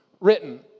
written